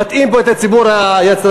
מטעים פה את הציבור הצרכני